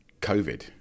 COVID